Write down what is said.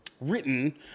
written